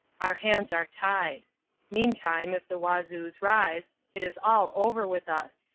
our hands are tied meantime if the wazoos rise, it is all over with us.